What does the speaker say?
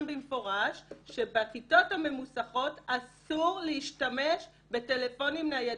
במפורש שבכיתות הממוסכות אסור להשתמש בטלפונים ניידים,